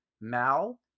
Mal